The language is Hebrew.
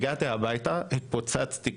כשהגעתי הביתה התפוצצתי,